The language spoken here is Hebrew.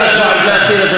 אני מציע להסיר את זה